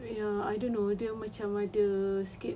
ya I don't know dia macam whether sikit